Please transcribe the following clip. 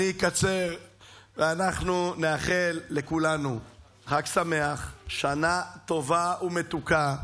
אנחנו נאחל לכולנו חג שמח, שנה טובה ומתוקה,